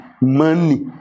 Money